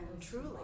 truly